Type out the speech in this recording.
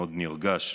מאוד נרגש,